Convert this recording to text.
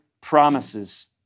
promises